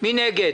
מי נגד?